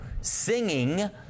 singing